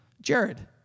Jared